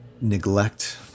neglect